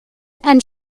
and